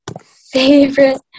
Favorite